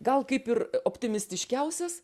gal kaip ir optimistiškiausias